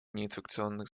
неинфекционных